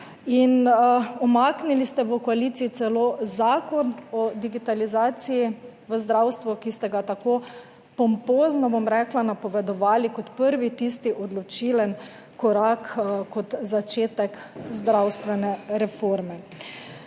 in umaknili ste v koaliciji celo Zakon o digitalizaciji v zdravstvu, ki ste ga tako pompozno, bom rekla, napovedovali kot prvi, tisti odločilen korak, kot začetek zdravstvene reforme.